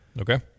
Okay